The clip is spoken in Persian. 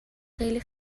خیلی